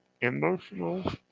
emotional